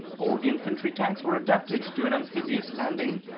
all the infantry tanks were adapted to an amphibious landing,